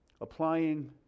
applying